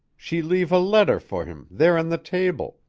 she leave a letter for him, there on the table.